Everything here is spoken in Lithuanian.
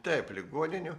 taip ligoninių